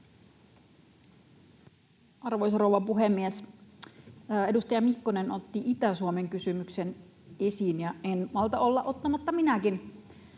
Arvoisa rouva puhemies! Edustaja Mikkonen otti Itä-Suomen kysymyksen esiin, ja en malta olla ottamatta minäkin.